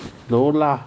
no lah